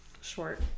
Short